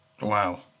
Wow